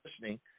listening